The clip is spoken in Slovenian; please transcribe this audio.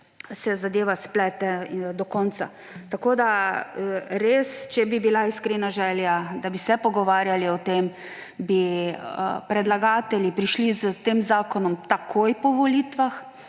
se zadeva splete do konca. Tako da če bi bila res iskrena želja, da bi se pogovarjali o tem, bi predlagatelji prišli s tem zakonom takoj po volitvah.